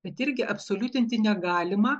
bet irgi absoliutinti negalima